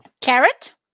Carrot